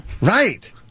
Right